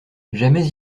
jamais